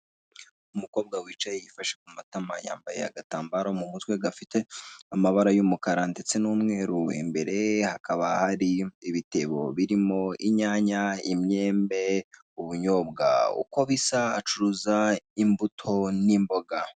Umukobwa wicaye yifashe kumatama, yambaye agatambaro mumutwe gafite amabara y'umukara ndetse n'umweru, imbere ye hakaba hari ibitebo birimo, inyanya, imyembe, ubunyobwa, uko bisa acuruza imbuto n'imboga.